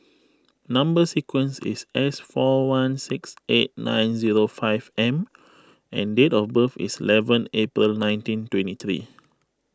Number Sequence is S four one six eight nine zero five M and date of birth is eleven April nineteen twenty three